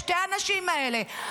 שתי הנשים האלה,